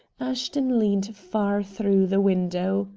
ashton leaned far through the window